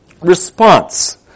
response